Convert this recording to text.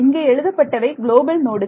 இங்கே எழுதப்பட்டவை குளோபல் நோடுகள்